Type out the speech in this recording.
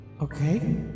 Okay